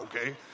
okay